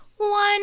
one